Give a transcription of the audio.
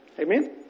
amen